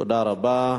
תודה רבה.